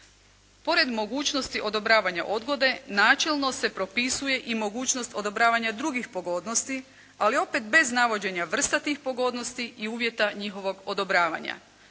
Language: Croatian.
Pored mogućnosti odobravanja odgode načelno se propisuje i mogućnost odobravanja drugih pogodnosti, ali opet bez navođenja vrsta tih pogodnosti i uvjeta njihovog odobravanja.